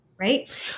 right